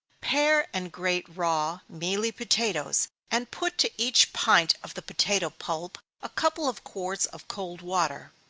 pare and grate raw, mealy potatoes, and put to each pint of the potato pulp a couple of quarts of cold water.